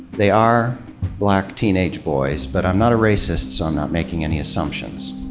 they are black teenage boys, but i'm not a racist so i'm not making any assumptions.